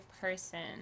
person